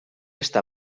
estar